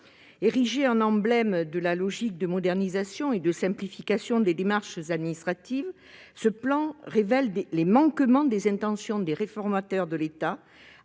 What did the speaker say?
Érigé en emblème de la logique de modernisation et de simplification des démarches administratives, ce plan révèle les manquements des intentions des réformateurs de l'État,